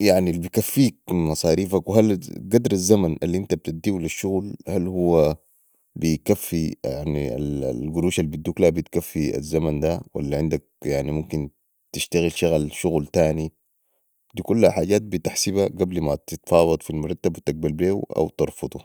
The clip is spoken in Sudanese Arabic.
يعني البكفيك من مصاريفك وهل قدر الزمن الانت بتديهو لي الشغل هل هوبكفي يعني القروش البدوك ليها بتكفي الزمن ده ولا عندك يعني ممكن تشتغل شغل تاني دي كلها حجات بتحسبا قبل ما تفاوض في المرتب وتقبل بيهو او ترفضو